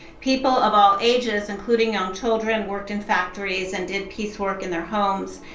people of all ages, including young children, worked in factories and did piecework in their homes.